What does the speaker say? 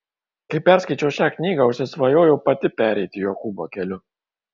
kai perskaičiau šią knygą užsisvajojau pati pereiti jokūbo keliu